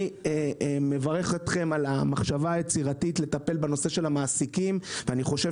אני מברך אתכם על המחשבה היצירתית לטפל בנושא של המעסיקים ואני חושב